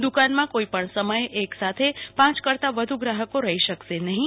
દુકાનમાં કોઈપણ સમયે એક સાથે પાયં કરતા વધુ ગ્રાહકો રહિ શકશે નહિં